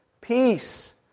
peace